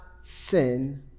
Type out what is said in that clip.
sin